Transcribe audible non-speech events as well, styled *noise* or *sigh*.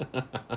*laughs*